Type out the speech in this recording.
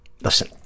Listen